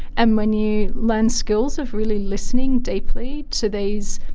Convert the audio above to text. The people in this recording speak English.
and when you learn skills of really listening deeply to these,